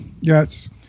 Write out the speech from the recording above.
Yes